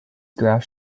graphs